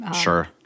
Sure